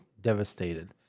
devastated